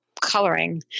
coloring